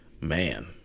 Man